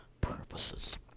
purposes